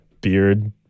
beard